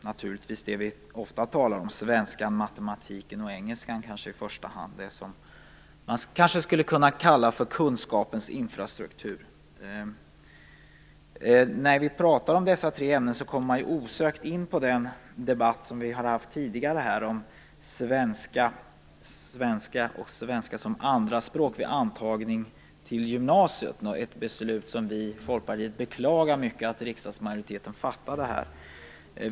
Jag tänker på det som vi ofta talar om, nämligen svenskan, matematiken och engelskan. Det skulle man kanske kunna kalla för kunskapens infrastruktur. När vi pratar om dessa tre ämnen kommer man osökt in på den debatt som vi har fört tidigare om svenska och svenska som andra språk vid antagning till gymnasiet. Det är det andra området jag vill ta upp. Vi i Folkpartiet beklagar att riksdagsmajoriteten fattade det här beslutet.